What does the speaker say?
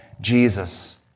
Jesus